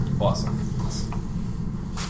Awesome